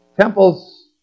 Temples